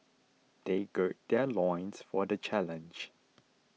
they gird their loins for the challenge